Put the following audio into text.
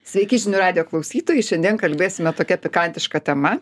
sveiki žinių radijo klausytojai šiandien kalbėsime tokia pikantiška tema